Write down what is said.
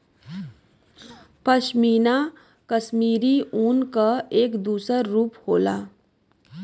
पशमीना कशमीरी ऊन क एक दूसर रूप होला